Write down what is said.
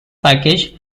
package